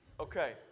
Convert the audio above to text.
Okay